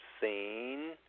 seen